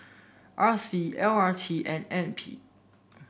R C L R T and N P